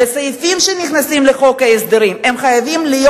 וסעיפים שנכנסים לחוק ההסדרים חייבים להיות